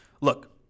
Look